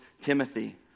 Timothy